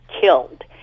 killed